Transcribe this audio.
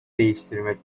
değiştirmek